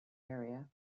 area